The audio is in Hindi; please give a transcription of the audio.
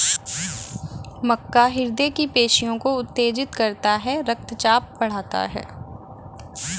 मक्का हृदय की पेशियों को उत्तेजित करता है रक्तचाप बढ़ाता है